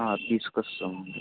తీసుకొస్తామండి